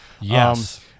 Yes